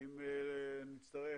אם נצטרך,